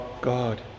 God